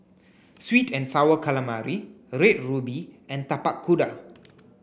sweet and sour calamari red ruby and Tapak Kuda